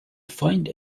find